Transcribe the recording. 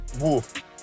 wolf